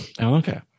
Okay